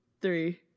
three